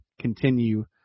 continue